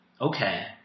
Okay